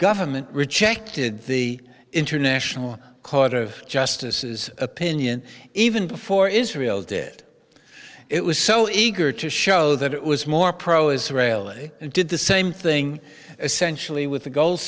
government rejected the international court of justice is opinion even before israel did it it was so eager to show that it was more pro israel it did the same thing essentially with the g